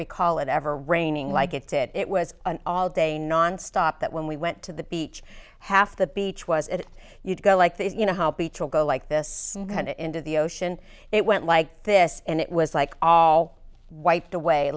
recall it ever raining like it did it was an all day nonstop that when we went to the beach half the beach was it you go like this you know how beach will go like this and into the ocean it went like this and it was like all wiped away